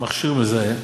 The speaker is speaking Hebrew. מכשיר מזהה.